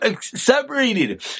separated